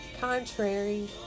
contrary